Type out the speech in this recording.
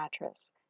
mattress